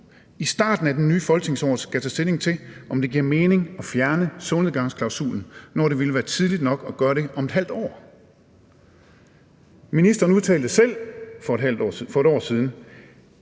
i starten af det nye folketingsår skal tage stilling til, om det giver mening at fjerne solnedgangsklausulen, når det ville være tidligt nok at gøre det om et halvt år. Ministeren udtalte selv for et år siden,